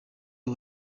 aba